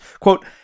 quote